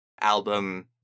album